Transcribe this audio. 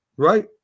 Right